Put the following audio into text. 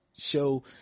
Show